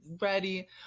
ready